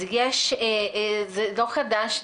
אז זה לא חדש,